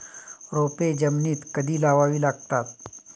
रोपे जमिनीत कधी लावावी लागतात?